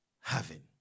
heaven